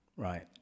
Right